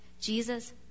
Jesus